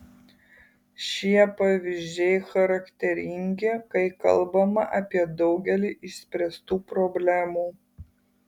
šie pavyzdžiai charakteringi kai kalbama apie daugelį išspręstų problemų